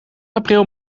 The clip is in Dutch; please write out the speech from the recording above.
april